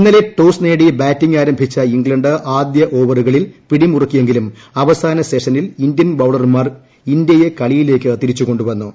ഇന്നലെ ടോസ് നേടി ബാറ്റിംഗ് ആരംഭിച്ച ഇംഗ്ലണ്ട് ആദ്യ ഓവറുകളിൽ പിടിമുറുക്കിയെങ്കിലും അവസാന സെഷനിൽ ഇന്ത്യൻ ബൌളർമാർ ഇന്ത്യയെ കളിയിലേക്ക് തിരിച്ചുകൊണ്ടുവന്നു